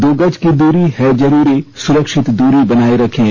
दो गज की दूरी है जरूरी सुरक्षित दूरी बनाए रखें